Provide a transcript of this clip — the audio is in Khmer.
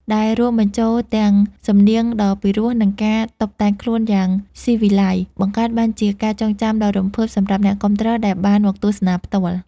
ដែលរួមបញ្ចូលទាំងសំនៀងដ៏ពីរោះ និងការតុបតែងខ្លួនយ៉ាងស៊ីវិល័យ បង្កើតបានជាការចងចាំដ៏រំភើបសម្រាប់អ្នកគាំទ្រដែលបានមកទស្សនាផ្ទាល់។